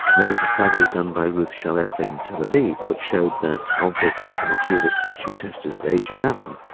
there was a study done by ruth shalev in tel aviv which showed that of the dyscalculics that she tested at age eleven,